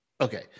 Okay